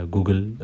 Google